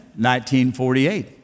1948